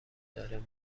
داره